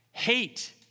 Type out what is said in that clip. Hate